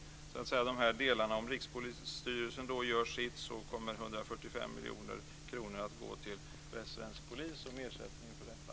Om Rikspolisstyrelsen då gör sitt kommer 145 miljoner kronor att gå till västsvensk polis som ersättning för detta.